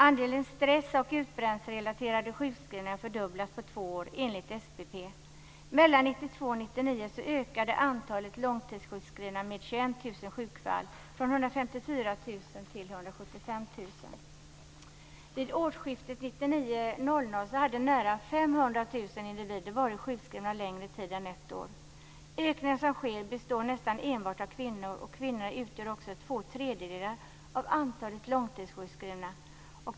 Andelen stress och utbrändhetsrelaterade sjukskrivningar har fördubblats på två år, enligt SPP. individer varit sjukskrivna längre tid än ett år. Den ökning som sker gäller nästan enbart kvinnor, och kvinnor utgör två tredjedelar av antalet långtidssjukskrivna.